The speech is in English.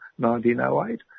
1908